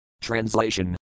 Translation